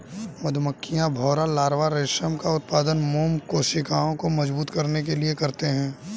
मधुमक्खियां, भौंरा लार्वा रेशम का उत्पादन मोम कोशिकाओं को मजबूत करने के लिए करते हैं